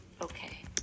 okay